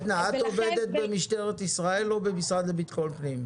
את עובדת במשטרת ישראל או במשרד לביטחון פנים?